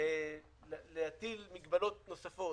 להטיל מגבלות נוספות